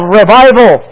revival